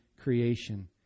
creation